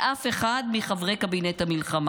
מאף אחד מחברי קבינט המלחמה.